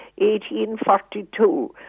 1842